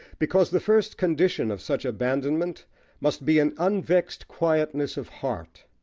because the first condition of such abandonment must be an unvexed quietness of heart.